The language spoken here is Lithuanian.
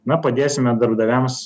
na padėsime darbdaviams